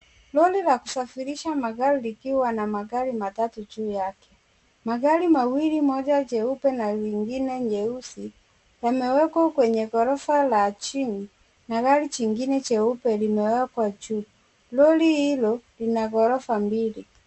Lori la kusafirisha magari likiwa na magari matatu juu yake. Magari mawili moja jeupe na lingine nyeusi, yamewekwa kwenye ghorofa la chini na gari jingine jeupe limewekwa juu. Lori hilo lina ghorofa mbili.